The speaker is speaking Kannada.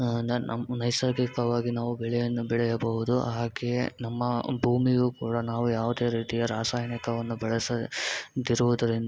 ನ ನಮ್ಮ ನೈಸರ್ಗಿಕವಾಗಿ ನಾವು ಬೆಳೆಯನ್ನು ಬೆಳೆಯಬಹುದು ಹಾಗೆಯೇ ನಮ್ಮ ಭೂಮಿಯು ಕೂಡ ನಾವು ಯಾವುದೇ ರೀತಿಯ ರಾಸಾಯನಿಕವನ್ನು ಬಳಸದಿರುವುದರಿಂದ